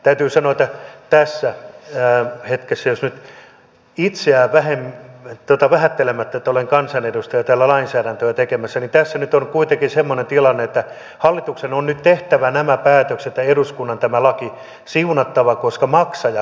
täytyy sanoa että tässä hetkessä jos nyt itseäni vähättelemättä olenhan kansanedustaja täällä lainsäädäntöä tekemässä nyt on kuitenkin semmoinen tilanne että hallituksen on nyt tehtävä nämä päätökset ja eduskunnan tämä laki siunattava koska maksajat päättävät